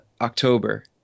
October